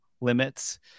limits